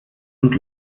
und